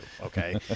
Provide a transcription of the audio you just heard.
Okay